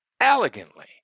elegantly